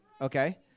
Okay